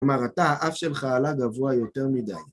כלומר, אתה האף של עלה גבוה יותר מדי.